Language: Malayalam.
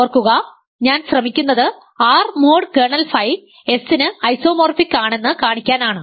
ഓർക്കുക ഞാൻ ശ്രമിക്കുന്നത് R mod kernel phi S ന് ഐസോമോർഫിക് ആണെന്ന് കാണിക്കാൻ ആണ്